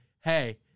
hey